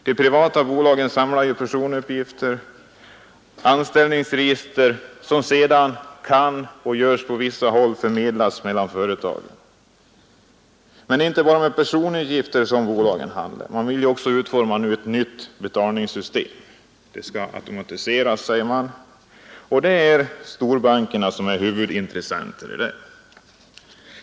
De privata bolagen samlar in personuppgifter i anställningsregister, som sedan kan — och det görs också på vissa håll — förmedlas mellan företagen. Men det är inte bara med personuppgifter som bolagen handlar; man vill nu också utforma ett nytt betalningssystem. Det skall automatiseras, säger man. Det är storbankerna som är huvudintressenter i det systemet.